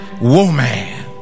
woman